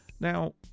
Now